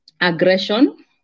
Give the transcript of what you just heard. aggression